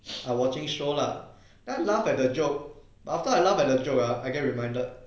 I watching show lah then I laugh at the joke after I laugh at the joke ah I get reminded